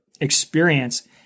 experience